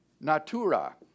natura